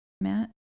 Matt